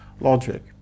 logic